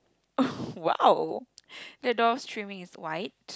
the door's trimming is white